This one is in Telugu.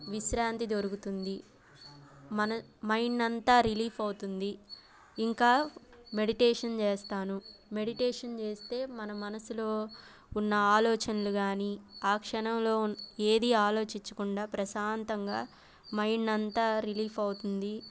విశ్రాంతి దొరుకుతుంది మన మైండ్ అంతా రిలీఫ్ అవుతుంది ఇంకా మెడిటేషన్ చేస్తాను మెడిటేషన్ చేస్తే మన మనసులో ఉన్న ఆలోచనలు కానీ ఆ క్షణంలో ఏది ఆలోచించకుండా ప్రశాంతంగా మైండ్ అంతా రిలీఫ్ అవుతుంది